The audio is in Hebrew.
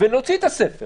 לא הייתה שום תכנית.